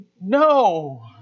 no